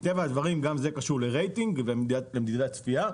מטבע הדברים גם זה קשור לרייטינג ולמדידת צפייה.